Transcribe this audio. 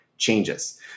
changes